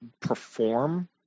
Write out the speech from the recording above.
perform